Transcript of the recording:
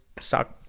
suck